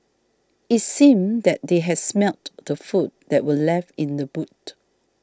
it seemed that they has smelt the food that were left in the boot